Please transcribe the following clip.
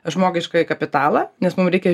žmogiškąjį kapitalą nes mum reikia